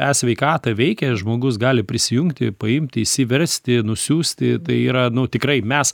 esveikata veikia žmogus gali prisijungti paimti išsiversti nusiųsti tai yra nu tikrai mes